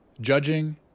judging